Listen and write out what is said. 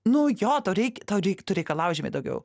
nu jo tau reik tau reik tu reikalauji žymiai daugiau